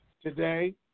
today